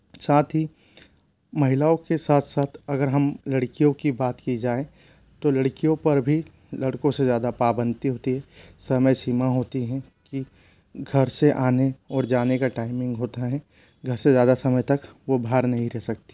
साथ ही महिलाओं के साथ साथ अगर हम लड़कियों की बात की जाए तो लड़कियों पर भी लड़कों से ज़्यादा पाबंदी होती है समय सीमा होती है कि घर से आने और जाने का टाइमिंग होता है घर से ज़्यादा समय तक वह बाहर नहीं रह सकती